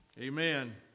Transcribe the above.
Amen